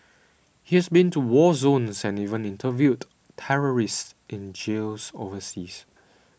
he has been to war zones and even interviewed terrorists in jails overseas